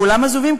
כולם עזובים,